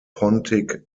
pontic